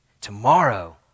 tomorrow